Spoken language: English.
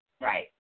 Right